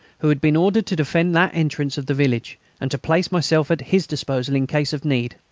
who had been ordered to defend that entrance of the village, and to place myself at his disposal in case of need.